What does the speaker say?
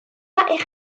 eich